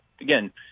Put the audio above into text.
again